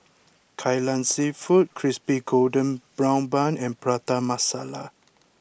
Kai Lan Seafood Crispy Golden Brown Bun and Prata Masala